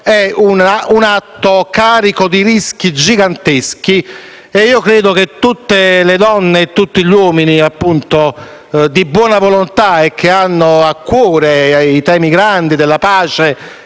è un atto carico di rischi giganteschi e credo che tutte le donne e gli uomini di buona volontà, che hanno a cuore i grandi temi della pace